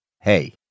Hey